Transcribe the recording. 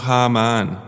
Haman